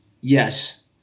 Yes